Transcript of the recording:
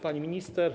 Pani Minister!